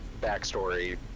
backstory